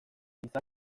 izan